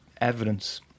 evidence